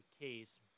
case